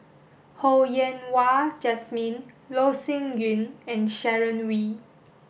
Ho Yen Wah Jesmine Loh Sin Yun and Sharon Wee